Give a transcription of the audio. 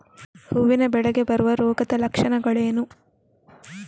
ಹೂವಿನ ಬೆಳೆಗೆ ಬರುವ ರೋಗದ ಲಕ್ಷಣಗಳೇನು?